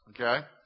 Okay